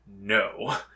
No